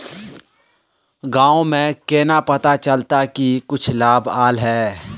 गाँव में केना पता चलता की कुछ लाभ आल है?